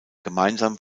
gemeinsam